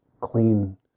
clean